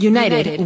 United